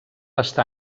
està